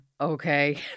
okay